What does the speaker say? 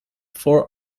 for